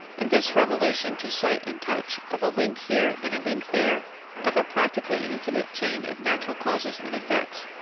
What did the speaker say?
and this revelation to sight and touch, of a link here and a link there of a practically infinite chain of natural causes and effects,